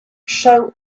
show